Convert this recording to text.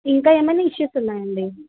ఇంకా ఏమన్నా ఇష్యూస్ ఉన్నాయా అండి